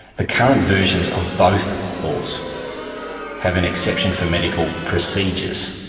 the current versions of both laws have an exception for medical procedures.